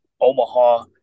Omaha –